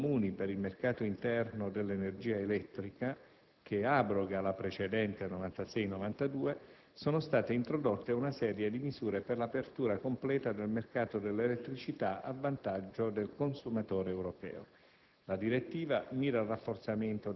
relativa a norme comuni per il mercato interno dell'energia elettrica (che abroga la precedente direttiva 96/92/CE), sono state introdotte una serie di misure per l'apertura completa del mercato dell'elettricità a vantaggio del consumatore europeo.